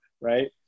Right